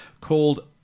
called